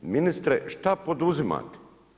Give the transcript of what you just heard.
Ministre šta poduzimate?